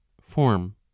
Form